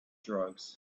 drugs